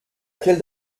quelle